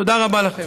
תודה רבה לכם.